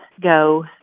go